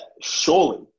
surely